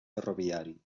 ferroviari